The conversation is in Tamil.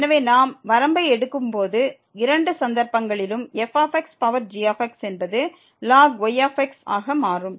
எனவே நாம் வரம்பை எடுக்கும்போது இரண்டு சந்தர்ப்பங்களிலும் f பவர் g என்பது ln y ஆக மாறும்